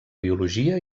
biologia